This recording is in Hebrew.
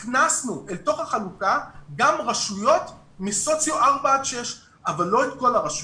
הכנסנו אל תוך החלוקה גם רשויות מסוציו 4 עד 6 אבל לא את כל הרשויות.